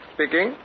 Speaking